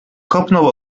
kopnął